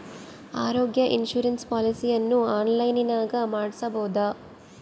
ಆರೋಗ್ಯ ಇನ್ಸುರೆನ್ಸ್ ಪಾಲಿಸಿಯನ್ನು ಆನ್ಲೈನಿನಾಗ ಮಾಡಿಸ್ಬೋದ?